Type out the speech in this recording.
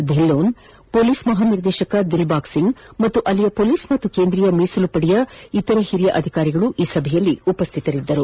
Dhillon police ಮಹಾನಿರ್ದೇಶಕ ದಿಲ್ಬಾಗ್ ಸಿಂಗ್ ಮತ್ತು ಅಲ್ಲಿಯ ಪೊಲೀಸ್ ಹಾಗೂ ಕೇಂದ್ರೀಯ ಮೀಸಲು ಪಡೆಯ ಇತರ ಹಿರಿಯ ಅಧಿಕಾರಿಗಳು ಈ ಸಭೆಯಲ್ಲಿ ಉಪಸ್ಥಿತರಿದ್ದರು